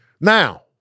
Now